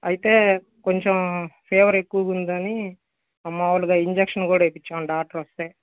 అయితే కొంచం ఫీవర్ ఎక్కువగా ఉందని మాములుగా ఇంజక్షన్ కూడా వెయ్యిపిచ్చాం డాక్టర్ వస్తే